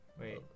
Wait